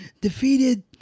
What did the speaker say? defeated